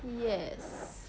yes